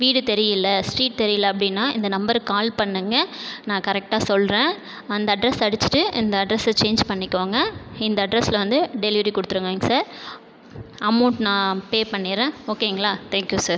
வீடு தெரியல ஸ்ட்ரீட் தெரியல அப்படின்னா இந்த நம்பருக்கு கால் பண்ணுங்கள் நான் கரெக்டா சொல்கிறேன் அந்த அட்ரஸ்ஸ அடிச்சுட்டு இந்த அட்ரஸ்ஸ சேஞ்ச் பண்ணிக்கோங்க இந்த அட்ரஸில் வந்து டெலிவரி கொடுத்துருங்கங்க சார் அமௌண்ட் நா பே பண்ணிடுறேன் ஓகேங்களா தேங்க் யூ சார்